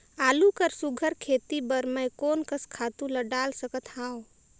आलू कर सुघ्घर खेती बर मैं कोन कस खातु ला डाल सकत हाव?